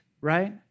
right